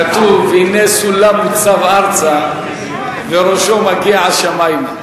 כתוב: הנה סולם מוצב ארצה וראשו מגיע השמימה.